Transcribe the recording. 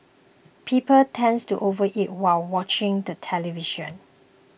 people tends to overeat while watching the television